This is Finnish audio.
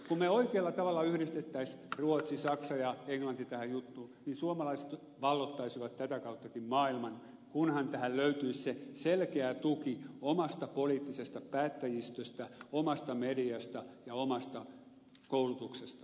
kun me oikealla tavalla yhdistäisimme ruotsin saksan ja englannin tähän juttuun niin suomalaiset valloittaisivat tätä kauttakin maailman kunhan tähän löytyisi se selkeä tuki omasta poliittisesta päättäjistöstä omasta mediasta ja omasta koulutuksesta joka tasolla